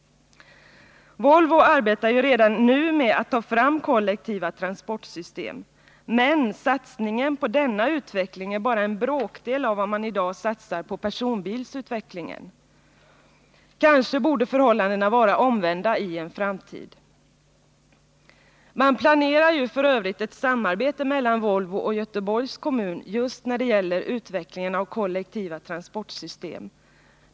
Volvo arbetar redan nu med att ta fram kollektiva transportsystem, men satsningen på denna utveckling är bara en bråkdel av vad man i dag satsar på personbilsutvecklingen. Kanske borde förhållandena vara omvända i en framtid. Man planerar f. ö. ett samarbete mellan Volvo och Göteborgs kommun just när det gäller utvecklingen av kollektiva transportsystem.